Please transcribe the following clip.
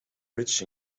rich